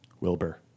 Wilbur